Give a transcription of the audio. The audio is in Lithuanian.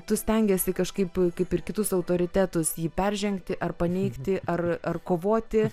tu stengiesi kažkaip kaip ir kitus autoritetus jį peržengti ar paneigti ar ar kovoti